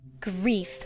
Grief